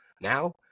Now